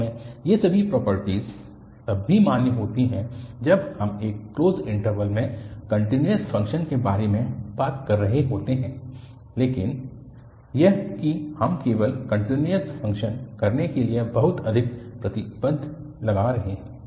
वास्तव में ये सभी प्रॉपर्टीस तब भी मान्य होती हैं जब हम एक क्लोज्ड इन्टरवल में कन्टिन्यूअस फंक्शन के बारे में बात कर रहे होते हैं लेकिन यह कि हम केवल कन्टिन्यूअस फंक्शन करने के लिए बहुत अधिक प्रतिबंध लगा रहे हैं